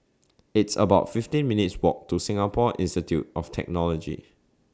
It's about fifteen minutes' Walk to Singapore Institute of Technology